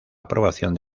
aprobación